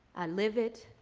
i live it,